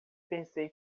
pensei